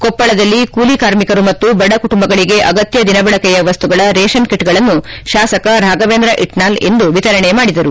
ಕೊಪ್ಪಳದಲ್ಲಿ ಕೂಲಿ ಕಾರ್ಮಿಕರು ಮತ್ತು ಬಡ ಕುಟುಂಬಗಳಿಗೆ ಅಗತ್ತ ದಿನಬಳಕೆಯ ವಸ್ತುಗಳ ರೇಷನ್ ಕಿಟ್ಗಳನ್ನು ಶಾಸಕ ರಾಫವೇಂದ್ರ ಇಟ್ನಾಳ್ ಇಂದು ವಿತರಣೆ ಮಾಡಿದರು